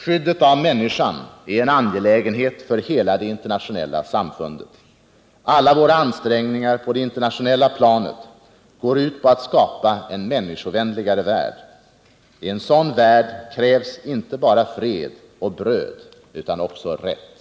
Skyddet av människan är en angelägenhet för hela det internationella samfundet. Alla våra ansträngningar på det internationella planet går ut på att skapa en människovänligare värld. I en sådan värld krävs inte bara fred och bröd utan också rätt.